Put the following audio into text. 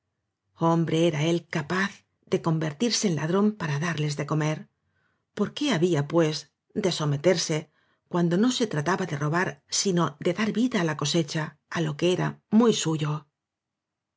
hombre era él capaz de convertirse en ladrón para darles de comer por qué había pues de someterse cuando no se trataba de robar sino de dar vida á la cosecha á lo que era muy suyo